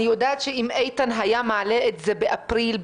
אני יודעת שאם איתן היה מעלה את זה באפריל,